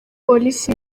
polisi